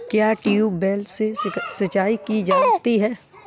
क्या ट्यूबवेल से सिंचाई की जाती है?